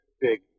big